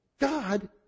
God